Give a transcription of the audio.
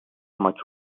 maçı